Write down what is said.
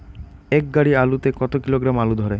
এক গাড়ি আলু তে কত কিলোগ্রাম আলু ধরে?